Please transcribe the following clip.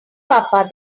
papa